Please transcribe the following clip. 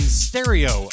stereo